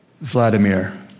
Vladimir